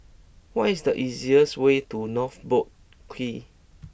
what is the easiest way to North Boat Quay